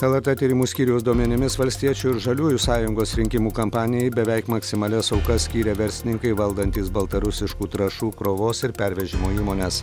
lrt tyrimų skyriaus duomenimis valstiečių ir žaliųjų sąjungos rinkimų kampanijai beveik maksimalias aukas skyrė verslininkai valdantys baltarusiškų trąšų krovos ir pervežimo įmones